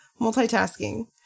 multitasking